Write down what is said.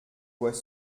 voix